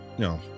No